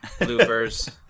loopers